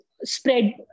spread